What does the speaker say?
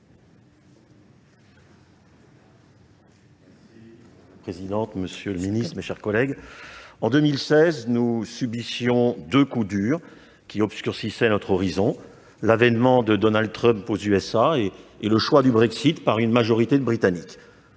Fernique. Madame la présidente, monsieur le secrétaire d'État, mes chers collègues, en 2016, nous subissions deux coups durs qui obscurcissaient notre horizon : l'avènement de Donald Trump aux États-Unis et le choix du Brexit par une majorité de Britanniques.